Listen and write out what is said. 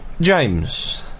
James